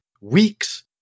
weeks